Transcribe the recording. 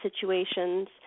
situations